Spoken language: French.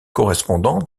correspondant